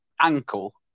ankle